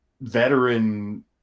veteran